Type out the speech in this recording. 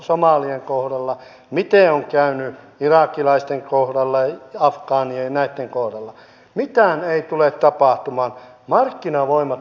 valtiovarainministeri muutti kyseistä esitystä niin etteivät hallintarekisterit joista annettiin virheellistä tietoa enää sisälly lain valmisteluun